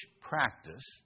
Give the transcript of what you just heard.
practice